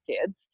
kids